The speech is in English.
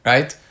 Right